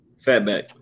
Fatback